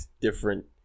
different